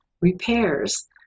repairs